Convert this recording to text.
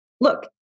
Look